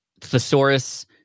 thesaurus